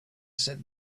said